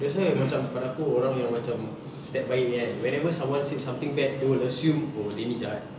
that's why macam pada aku orang yang macam step baik kan whenever someone said something bad they will assume oh dia ni jahat